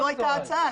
זו הייתה ההצעה.